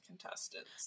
contestants